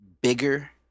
bigger